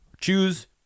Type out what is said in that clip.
choose